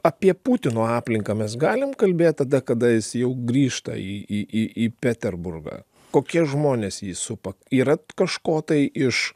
apie putino aplinką mes galim kalbėt tada kada jis jau grįžta į į į peterburgą kokie žmonės jį supa yra kažko tai iš